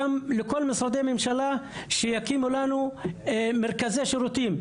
לכל משרדי הממשלה שיקימו לנו מרכזי שירותים.